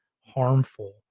harmful